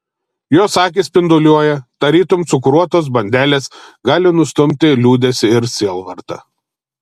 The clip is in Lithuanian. jos akys spinduliuoja tarytum cukruotos bandelės gali nustumti liūdesį ir sielvartą